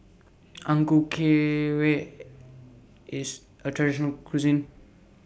Ang Ku IS A Traditional Local Cuisine